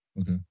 Okay